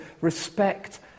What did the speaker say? respect